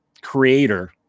creator